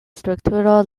strukturo